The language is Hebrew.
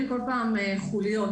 שנוצרות כל פעם חוליות,